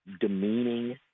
demeaning